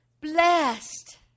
Blessed